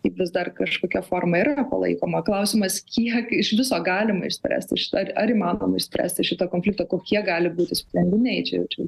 ji vis dar kažkokia forma yra palaikoma klausimas kiek iš viso galima išspręsti šitą ar ar įmanoma išspręsti šitą konfliktą kokie gali būti sprendiniai čia jau čia